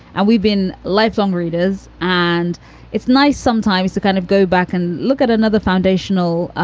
and we've been lifelong readers. and it's nice sometimes to kind of go back and look at another foundational